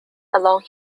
along